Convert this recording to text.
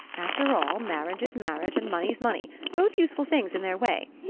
after all, marriage is marriage, and money's money both useful things in their way.